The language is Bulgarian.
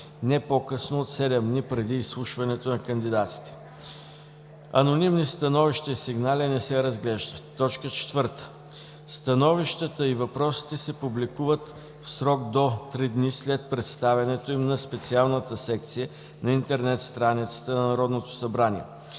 не по-късно от седем дни преди изслушването на кандидатите. Анонимни становища и сигнали не се разглеждат. 4. Становищата и въпросите се публикуват в срок до три дни след представянето им на специалната секция на интернет страницата на Народното събрание.